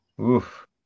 Oof